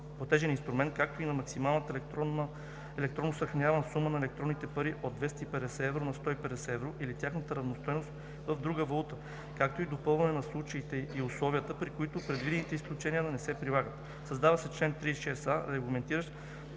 платежен инструмент, както и на максималната електронно съхранявана сума на електронните пари – от 250 евро на 150 евро или тяхната равностойност в друга валута, както и допълване на случаите и условията, при които предвидените изключения не се прилагат. Създава се чл. 36а, регламентиращ